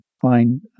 find